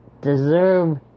deserve